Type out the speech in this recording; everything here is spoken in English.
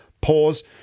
Pause